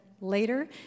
later